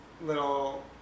little